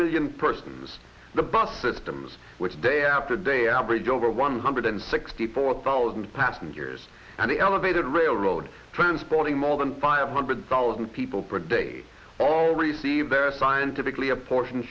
million persons the bus systems which day after day average over one hundred sixty four thousand passengers and the elevated railroad transporting more than five hundred thousand people per day all receive their scientifically apportion